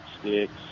sticks